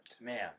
Man